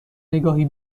نگاهی